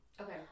Okay